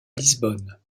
lisbonne